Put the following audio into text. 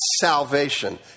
salvation